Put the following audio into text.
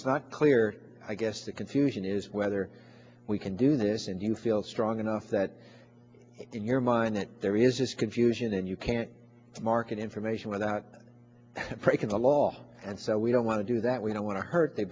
is not clear i guess the confusion is whether we can do this and you feel strong enough that in your mind that there is confusion and you can't market information without breaking the law and so we don't want to do that we don't want to hurt the